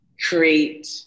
create